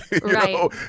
right